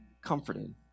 comforted